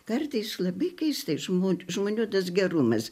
kartais labai keista iš žmon žmonių tas gerumas